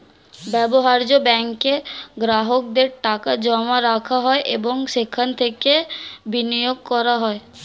ব্যবহার্য ব্যাঙ্কে গ্রাহকদের টাকা জমা রাখা হয় এবং সেখান থেকে বিনিয়োগ করা হয়